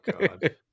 God